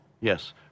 Yes